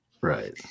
Right